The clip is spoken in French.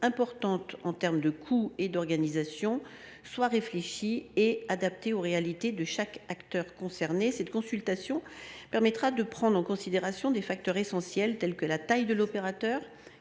importantes en matière de coût et d’organisation, soit réfléchie et adaptée aux réalités de chaque acteur concerné. Cette consultation permettra de prendre en considération des facteurs essentiels, tels que la taille de l’opérateur,